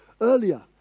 earlier